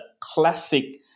classic